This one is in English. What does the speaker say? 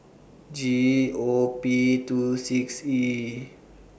G O P two six E